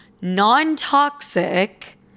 non-toxic